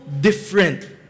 different